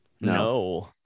No